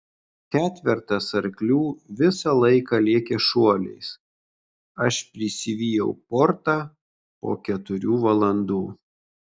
ketvertas arklių visą laiką lėkė šuoliais aš prisivijau portą po keturių valandų